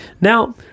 Now